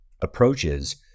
approaches